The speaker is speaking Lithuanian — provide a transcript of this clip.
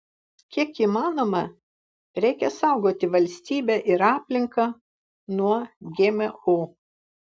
kiek įmanoma reikia saugoti valstybę ir aplinką nuo gmo